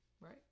right